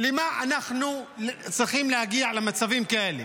למה אנחנו צריכים להגיע למצבים כאלה?